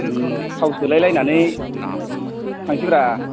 थाव सोलायलायनानै थांसै ब्रा